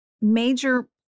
major